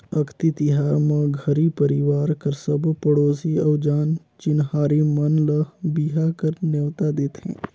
अक्ती तिहार म घरी परवार कर सबो पड़ोसी अउ जान चिन्हारी मन ल बिहा कर नेवता देथे